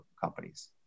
companies